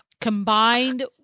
combined